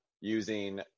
using